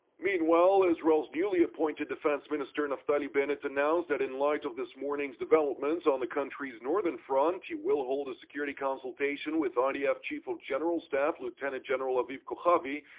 i mean israel's newly-appointed defense minister naftali bennett announced that in light of this morning's developments on the country's northern front, he will hold a security consultation with idf chief of general staff lieutenant general aviv kochavi,